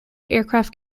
aircraft